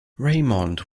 raymond